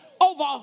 over